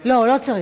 להצביע, לא צריך.